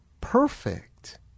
perfect